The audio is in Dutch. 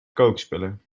kookspullen